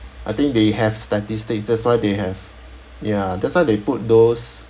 I think they have statistics that's why they have ya that's why they put those